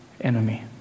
enemy